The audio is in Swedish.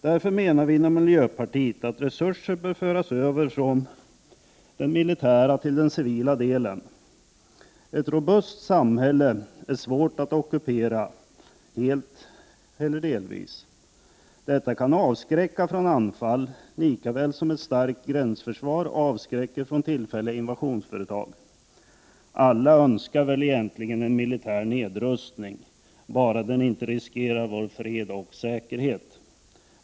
Därför menar vi inom miljöpartiet att resurser bör föras över från den militära till den civila delen. Ett robust samhälle är svårt att ockupera, helt eller delvis. Detta kan avskräcka från anfall, lika väl som ett starkt gränsförsvar avskräcker från 43 tillfälliga invasionsföretag. Alla önskar väl egentligen en militär nedrustning, bara den inte riskerar vår fred och säkerhet.